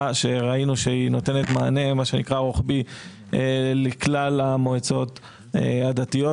שנותנת מענה רוחבי לכלל המועצות הדתיות.